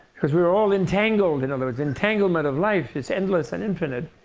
because we're all entangled. in other words, entanglement of life is endless and infinite.